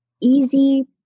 easy